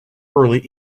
early